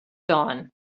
dawn